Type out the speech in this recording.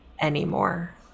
anymore